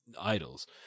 idols